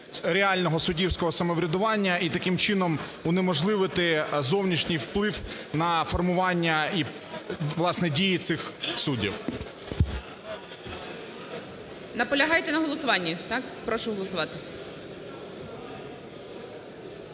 реального суддівського самоврядування, і таким чином, унеможливити зовнішній вплив на формування і, власне, дії цих суддів. ГОЛОВУЮЧИЙ. Наполягаєте на голосуванні? Так? Прошу голосувати.